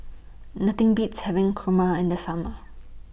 Nothing Beats having Kurma in The Summer